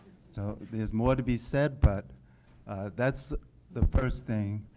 so there's more to be said but that's the first thing.